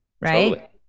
right